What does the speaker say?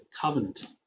covenant